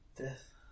death